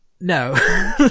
No